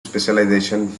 specialization